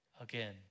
again